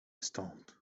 stąd